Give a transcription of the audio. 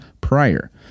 prior